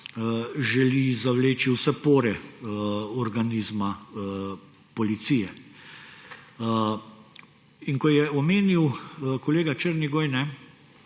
želi zavleči v vse pore organizma policije. In ko je omenil kolega Černigoj,